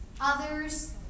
others